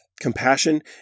Compassion